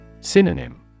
Synonym